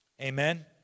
Amen